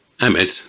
Ahmed